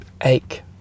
ache